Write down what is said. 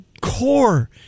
core